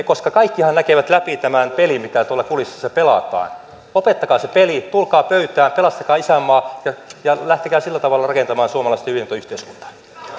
koska kaikkihan näkevät läpi tämän pelin mitä tuolla kulisseissa pelataan lopettakaa se peli tulkaa pöytään pelastakaa isänmaa ja ja lähtekää sillä tavalla rakentamaan suomalaista hyvinvointiyhteiskuntaa